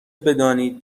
بدانید